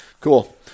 Cool